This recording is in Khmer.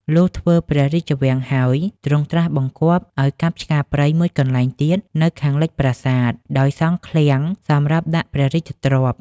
លុះធ្វើព្រះរាជវាំងហើយ ទ្រង់ត្រាស់បង្គាប់ឲ្យកាប់ឆ្ការព្រៃមួយកន្លែងទៀត នៅខាងលិចប្រាសាទ ដោយសង់ឃ្លាំងសម្រាប់ដាក់ព្រះរាជទ្រព្យ